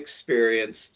experienced